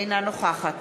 אינה נוכחת